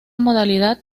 modalidad